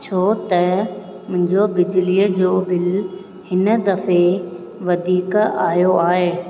छो त मुंहिंजो बिजलीअ जो बिल हिन दफ़े वधीक आहियो आहे